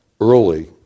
early